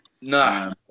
No